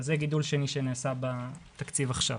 זה גידול שני שנעשה בתקציב עכשיו,